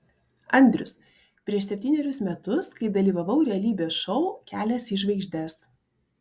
andrius prieš septynerius metus kai dalyvavau realybės šou kelias į žvaigždes